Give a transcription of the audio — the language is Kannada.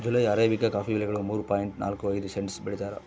ಜುಲೈ ಅರೇಬಿಕಾ ಕಾಫಿ ಬೆಲೆಗಳು ಮೂರು ಪಾಯಿಂಟ್ ನಾಲ್ಕು ಐದು ಸೆಂಟ್ಸ್ ಬೆಳೀತಾರ